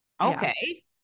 okay